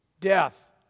death